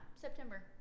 September